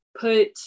put